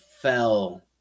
fell